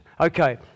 okay